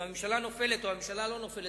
אם הממשלה נופלת או הממשלה לא נופלת,